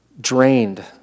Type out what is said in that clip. drained